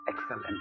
excellent